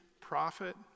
prophet